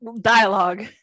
dialogue